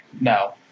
No